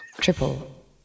Triple